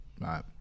Right